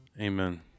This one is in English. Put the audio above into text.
amen